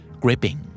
gripping